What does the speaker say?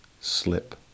slip